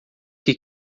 que